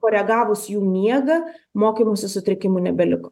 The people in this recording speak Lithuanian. koregavus jų miegą mokymosi sutrikimų nebeliko